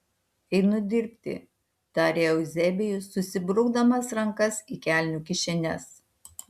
einu dirbti tarė euzebijus susibrukdamas rankas į kelnių kišenes